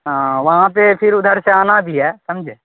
ہاں وہاں پہ پھر ادھر سے آنا بھی ہے سمجھے